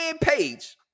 Page